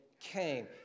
came